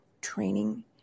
training